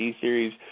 series